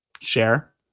share